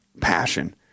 Passion